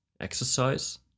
exercise